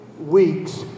weeks